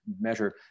measure